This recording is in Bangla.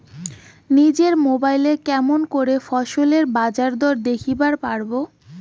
নিজের মোবাইলে কেমন করে ফসলের বাজারদর দেখিবার পারবো?